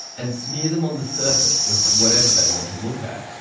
and smear them on the surface of whatever they want to look at.